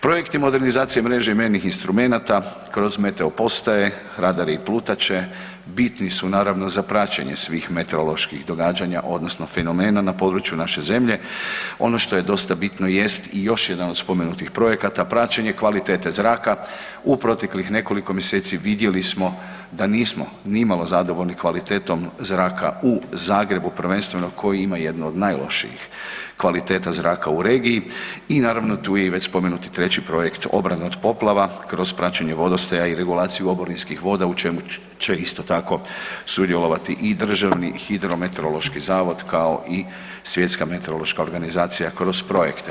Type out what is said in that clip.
Projekti modernizacije mreže i mrežnih instrumenata kroz meteo-postaje, radare i plutače, bitni su naravno za praćenje svih meteoroloških događanja odnosno fenomena na području naše zemlje, ono što je dosta bitno jest i još jedan od spomenutih projekata, praćenje kvalitete zraka, u proteklih nekoliko mjeseci, vidjeli smo da nismo nimalo zadovoljni kvalitetom zraka u Zagrebu, prvenstveno koji ima jednu od najlošijih kvaliteta zraka u regiji i naravno tu je već spomenuti treći projekt obrane od poplava kroz praćenje vodostaja i regulaciju oborinskih voda u čemu će isto tako sudjelovati i DHMZ kao i Svjetska meteorološka organizacija kroz projekte.